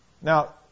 Now